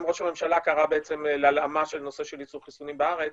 גם ראש הממשלה קרא להלאמה של ייצור חיסונים בארץ,